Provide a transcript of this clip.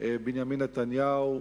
בנימין נתניהו,